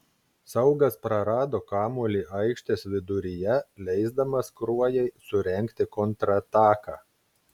saugas prarado kamuolį aikštės viduryje leisdamas kruojai surengti kontrataką